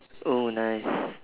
oh nice